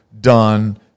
done